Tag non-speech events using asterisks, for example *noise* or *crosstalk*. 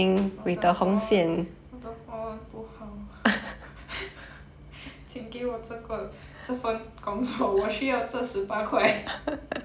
我的华我的华文不好请给我这个这份工作我需要这十八块 *laughs*